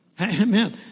Amen